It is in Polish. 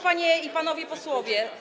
Panie i Panowie Posłowie!